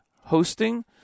hosting